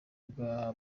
bwa